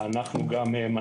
זה משהו שקיים אגב גם היום,